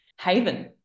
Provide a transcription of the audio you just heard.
Haven